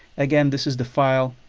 again, this is the file.